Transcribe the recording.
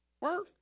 Work